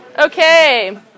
Okay